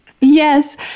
Yes